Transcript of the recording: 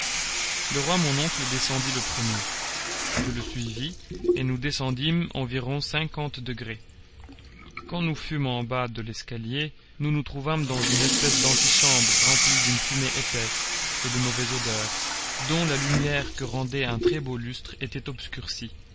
le roi mon oncle descendit le premier je le suivis et nous descendîmes environ cinquante degrés quand nous fûmes au bas de l'escalier nous nous trouvâmes dans une espèce d'antichambre remplie d'une fumée épaisse et de mauvaise odeur dont la lumière que rendait un très-beau lustre était obscurcie